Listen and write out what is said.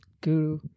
guru